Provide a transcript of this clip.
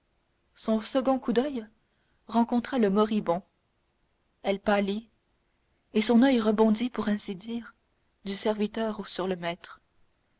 son second coup d'oeil rencontra le moribond elle pâlit et son oeil rebondit pour ainsi dire du serviteur sur le maître